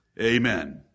Amen